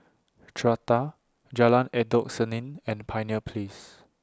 Strata Jalan Endut Senin and Pioneer Place